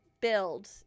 build